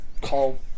call